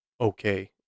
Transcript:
okay